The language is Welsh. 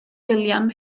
william